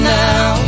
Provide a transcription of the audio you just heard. now